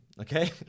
okay